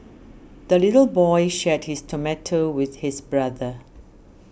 the little boy shared his tomato with his brother